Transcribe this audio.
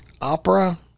opera